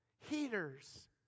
heaters